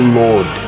lord